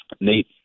Nate